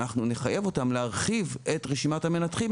אנחנו נחייב אותם להרחיב את רשימת המנתחים.